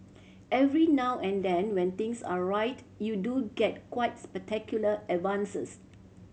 every now and then when things are right you do get quite spectacular advances